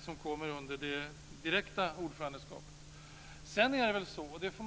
som kommer under det direkta ordförandeskapet. Fru talman!